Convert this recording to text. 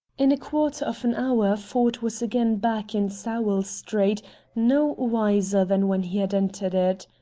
in a quarter of an hour ford was again back in sowell street no wiser than when he had entered it.